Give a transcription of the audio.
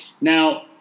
Now